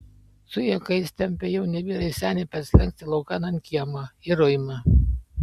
su juokais tempia jauni vyrai senį per slenkstį laukan ant kiemo į ruimą